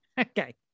Okay